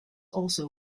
also